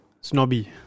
Snobby